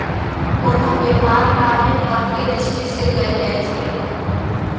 कोनो व्यापार लाभे करेके दृष्टि से कएल जाइ छइ